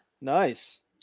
nice